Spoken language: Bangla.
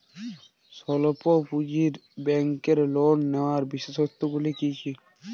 স্বল্প পুঁজির ব্যাংকের লোন নেওয়ার বিশেষত্বগুলি কী কী?